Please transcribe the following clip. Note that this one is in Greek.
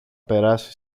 περάσει